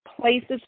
places